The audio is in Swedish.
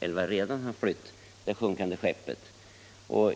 11 redan har flytt det sjunkande skeppet.